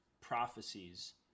prophecies